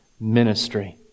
ministry